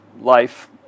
life